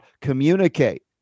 communicate